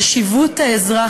חשיבות העזרה,